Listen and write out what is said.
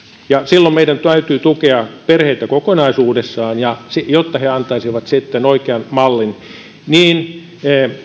silloin meidän täytyy tukea perheitä kokonaisuudessaan jotta he antaisivat sitten oikean mallin paitsi